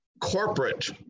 corporate